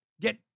get